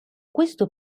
questo